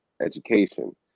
education